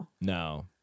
No